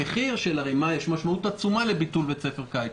במחיר של הרי יש משמעות עצומה לביטול בית ספר קיץ,